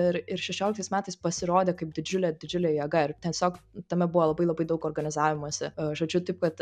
ir ir šešioliktais metais pasirodė kaip didžiulė didžiulė jėga ir tiesiog tame buvo labai labai daug organizavimosi žodžiu taip kad